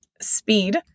speed